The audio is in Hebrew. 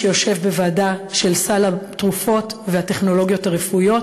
שיושבים בוועדה של סל התרופות והטכנולוגיות הרפואיות.